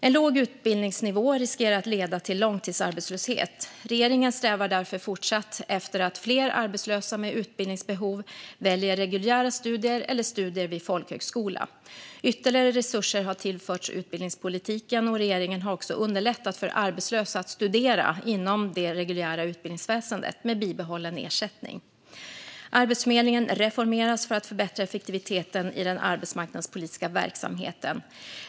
En låg utbildningsnivå riskerar att leda till långtidsarbetslöshet. Regeringen strävar därför fortsatt efter att fler arbetslösa med utbildningsbehov väljer reguljära studier eller studier vid folkhögskola. Ytterligare resurser har tillförts utbildningspolitiken, och regeringen har också underlättat för arbetslösa att studera inom det reguljära utbildningsväsendet med bibehållen ersättning. Arbetsförmedlingen reformeras för att förbättra effektiviteten i den arbetsmarknadspolitiska verksamheten.